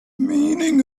meaning